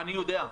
אני יודע.